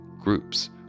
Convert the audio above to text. Groups